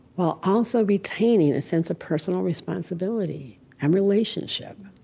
while also retaining a sense of personal responsibility and relationship?